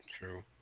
True